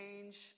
change